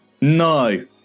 No